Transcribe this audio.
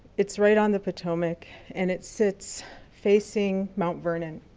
it's right on the potomac and it sits facing mount vernon.